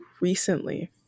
recently